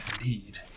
Indeed